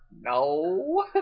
no